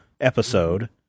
episode